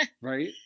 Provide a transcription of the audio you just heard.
Right